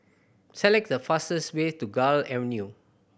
select the fastest way to Gul Avenue